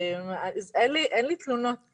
אין לי תלונות,